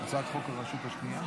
חבריי השרים,